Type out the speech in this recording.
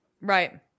Right